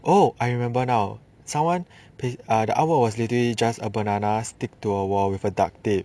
oh I remember now someone uh the artwork was literally just a banana stick to a wall with a duct tape